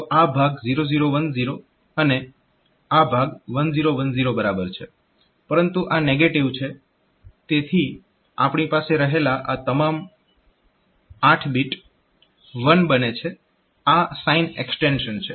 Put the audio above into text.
તો આ ભાગ 0010 અને આ ભાગ 1010 બરાબર છે પરંતુ આ નેગેટીવ છે તેથી આપણી પાસે રહેલા આ તમામ 8 બીટ 1 બને છે આ સાઇન એક્સ્ટેંશન છે